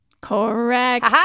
correct